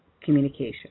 communication